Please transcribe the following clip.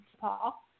Paul